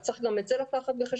אז צריך גם את זה לקחת בחשבון.